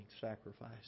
sacrifice